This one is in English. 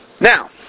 Now